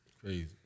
Crazy